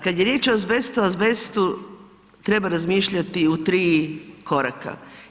Kad je riječ o azbestu, azbestu treba razmišljati u 3 koraka.